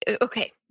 okay